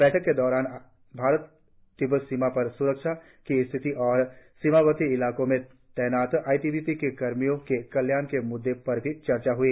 बैठक के दौरान भारत तिब्बत सीमा पर स्रक्षा की स्थिति और सीमावर्ती इलाकों में तैनात आई टी बी पी के कर्मियों के कल्याण के मुद्दे पर भी चर्चा हई